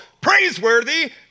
praiseworthy